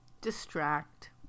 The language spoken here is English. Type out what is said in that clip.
distract